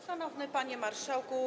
Szanowny Panie Marszałku!